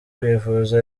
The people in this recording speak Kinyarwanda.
kwivuza